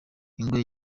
ingwe